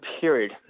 period